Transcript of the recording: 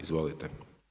Izvolite.